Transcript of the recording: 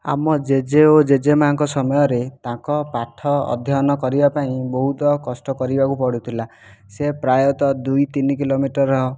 ଆମ ଜେଜେ ଓ ଜେଜେ ମାଆଙ୍କ ସମୟରେ ତାଙ୍କ ପାଠ ଅଧ୍ୟୟନ କରିବା ପାଇଁ ବହୁତ କଷ୍ଟ କରିବାକୁ ପଡ଼ୁଥିଲା ସେ ପ୍ରାୟତଃ ଦୁଇ ତିନି କିଲୋମିଟର